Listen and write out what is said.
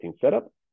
setup